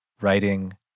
writing